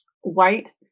white